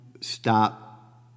stop